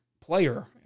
player